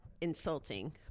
insulting